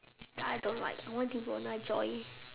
I don't like I want devona joy